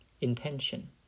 intention